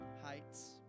heights